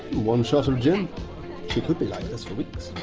one shot of gin she could be like this for weeks.